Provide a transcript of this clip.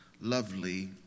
lovely